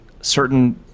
certain